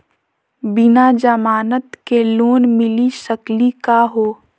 बिना जमानत के लोन मिली सकली का हो?